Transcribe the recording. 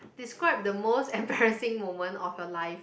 describe the most embarrassing moment of your life